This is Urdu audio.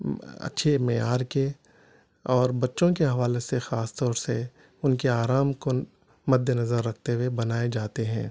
اچھے معیار کے اور بچوں کے حوالے سے خاص طور سے ان کے آرام کو مد نظر رکھتے ہوئے بنائے جاتے ہیں